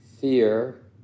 fear